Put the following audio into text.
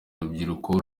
urubyiruko